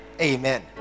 amen